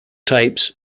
types